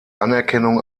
anerkennung